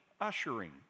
ushering